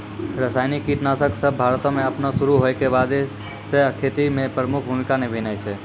रसायनिक कीटनाशक सभ भारतो मे अपनो शुरू होय के बादे से खेती मे प्रमुख भूमिका निभैने छै